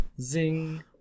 Zing